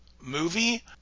movie